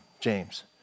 James